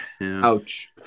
Ouch